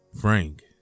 Frank